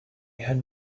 had